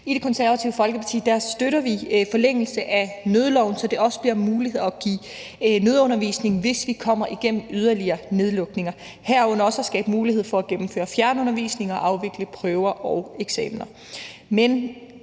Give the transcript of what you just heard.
I Det Konservative Folkeparti støtter vi forlængelse af nødloven, så det også bliver muligt at give nødundervisning, hvis vi kommer igennem yderligere nedlukninger, herunder også at skabe mulighed for at gennemføre fjernundervisning og afvikle prøver og eksamener.